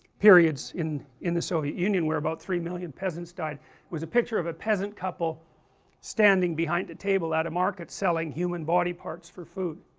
periods in in the soviet union where about three million peasants died was a picture of a peasant couple standing behind a table at a market selling human body parts for food